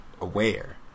aware